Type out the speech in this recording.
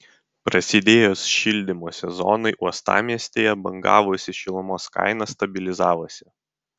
prasidėjus šildymo sezonui uostamiestyje bangavusi šilumos kaina stabilizavosi